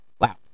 Wow